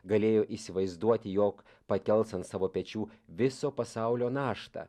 galėjo įsivaizduoti jog pakels ant savo pečių viso pasaulio naštą